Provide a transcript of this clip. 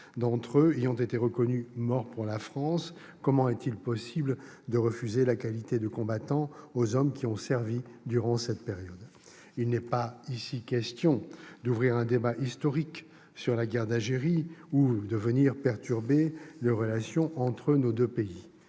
d'entre eux y ont été reconnus « morts pour la France », comment est-il possible de refuser la qualité de combattant aux hommes qui ont servi durant cette période ? Il n'est pas ici question d'ouvrir un débat historique sur la guerre d'Algérie ou de venir perturber les relations entre nos deux pays.